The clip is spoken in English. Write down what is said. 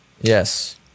Yes